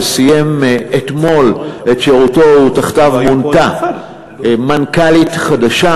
שסיים אתמול את שירותו ותחתיו מונתה מנכ"לית חדשה.